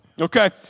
okay